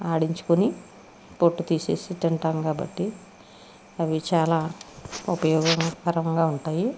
ఆడించుకుని పొట్టు తీసి తింటాం కాబట్టి అవి చాలా ఉపయోగకరంగా ఉంటాయి